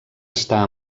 està